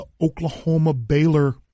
Oklahoma-Baylor